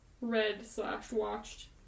read-slash-watched